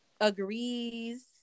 agrees